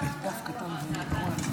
אז כמו שאמרתי, זה הנושא החשוב ביותר בשבילנו.